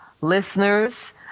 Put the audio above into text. listeners